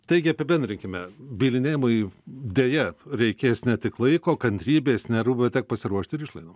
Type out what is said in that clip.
taigi apibendrinkime bylinėjimui deja reikės ne tik laiko kantrybės nervų bet tiek pasiruošt ir išlaidom